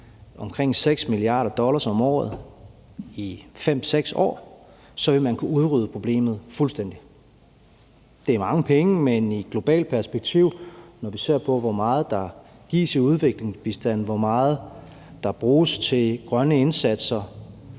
omkring 6 mia. dollars om året i 5-6 år, så ville man kunne udrydde problemet fuldstændig. Det er mange penge, men i globalt perspektiv, når vi ser på, hvor meget der gives i udviklingsbistand, hvor meget der bruges til grønne indsatser,